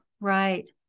Right